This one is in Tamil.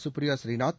சுப்ரியா புரீநாத்